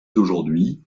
d’aujourd’hui